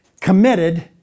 committed